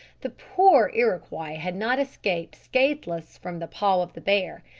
the poor iroquois had not escaped scatheless from the paw of the bear.